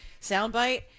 soundbite